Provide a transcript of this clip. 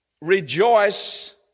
rejoice